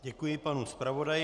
Děkuji panu zpravodaji.